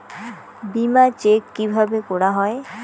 বিমা চেক কিভাবে করা হয়?